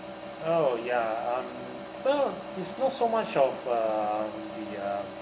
oh ya um well it's not so much of um the uh